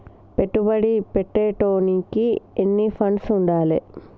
పెట్టుబడి పెట్టేటోనికి ఎన్ని ఫండ్స్ ఉండాలే?